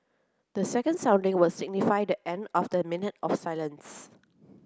the second sounding will signify the end of the minute of silence